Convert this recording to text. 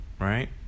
Right